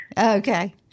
Okay